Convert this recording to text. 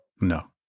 No